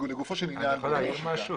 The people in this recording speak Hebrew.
אני יכול להעיר משהו.